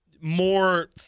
more